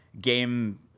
game